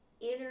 inner